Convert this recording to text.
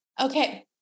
Okay